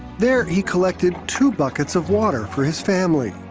there he collected two buckets of water for his family.